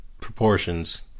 proportions